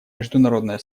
международное